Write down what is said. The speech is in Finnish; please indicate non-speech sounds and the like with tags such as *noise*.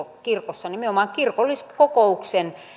*unintelligible* kirkossa nimenomaan kirkolliskokouksen